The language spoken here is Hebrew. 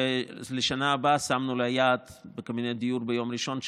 לשנה הבאה שמנו לה יעד של 10,000 בקבינט הדיור ביום ראשון.